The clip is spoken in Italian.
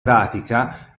pratica